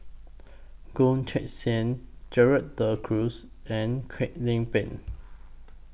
Goh Teck Sian Gerald De Cruz and Kwek Leng Beng